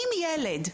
אם לילד,